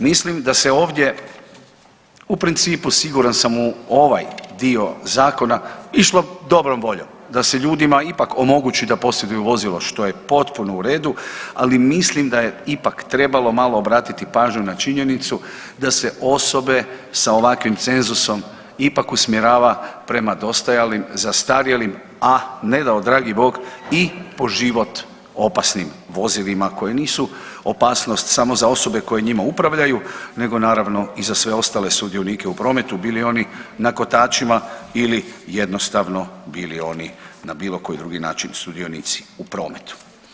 Mislim da se ovdje u principu siguran sam u ovaj dio zakona išlo dobrom voljom da se ljudima ipak omogući da posjeduju vozilo što je potpuno u redu, ali mislim da je ipak trebalo malo obratiti pažnju na činjenicu da se osobe sa ovakvim cenzusom ipak usmjerava prema dostajalim, zastarjelim, a ne dao dragi Bog i po život opasnim vozilima koja nisu opasnost samo za osobe koje njima upravljaju nego naravno i za sve ostale sudionike u prometu bili oni na kotačima ili jednostavno bili oni na bilo koji drugi način sudionici u prometu.